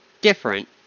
different